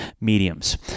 mediums